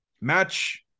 Match